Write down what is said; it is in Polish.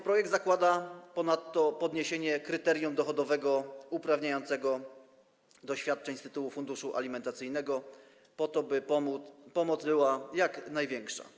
Projekt zakłada ponadto podniesienie kryterium dochodowego uprawniającego do świadczeń z tytułu funduszu alimentacyjnego, by pomoc była jak największa.